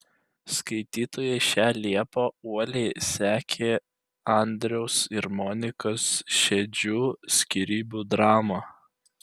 skaitytojai šią liepą uoliai sekė andriaus ir monikos šedžių skyrybų dramą